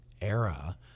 era